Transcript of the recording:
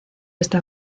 esta